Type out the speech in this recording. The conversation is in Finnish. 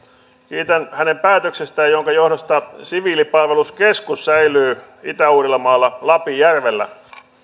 kiitän hänen päätöksestään jonka johdosta siviilipalveluskeskus säilyy itä uudellamaalla lapinjärvellä